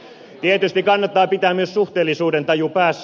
tietysti kannattaa pitää myös suhteellisuudentaju päässä